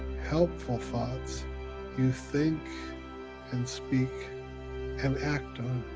helpful thoughts you think and speak and act on.